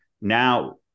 now